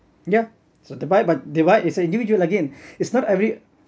ya so they buy they buy it's a individual again it's not every